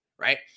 right